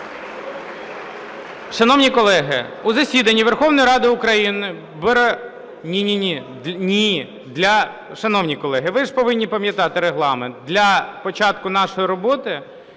Шановні колеги, у засіданні Верховної Ради України бере… (Шум у залі) Ні, ні, ні… Шановні колеги, ви ж повинні пам'ятати Регламент. Для початку нашої роботи